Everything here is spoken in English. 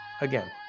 Again